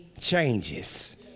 changes